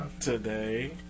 today